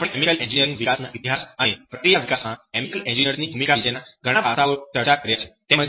આમ આપણે chemical engineering વિકાસના ઈતિહાસ અને પ્રક્રિયા વિકાસમાં કેમિકલ એન્જિનિયર્સની ભૂમિકા વિશેના ઘણા પાસાઓ ચર્ચા કર્યા છે